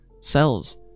cells